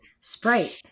Sprite